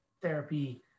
therapy